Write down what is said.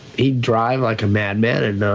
he'd drive like a madman and.